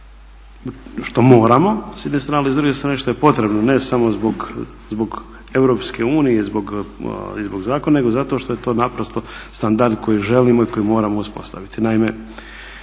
što moramo s jedne strane, ali i s druge strane što je potrebno ne samo zbog EU i zbog zakona nego zato što je to naprosto standard koji želimo i koji moramo uspostaviti.